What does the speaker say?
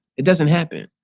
it doesn't happen.